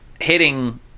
hitting